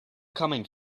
coming